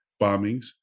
bombings